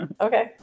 okay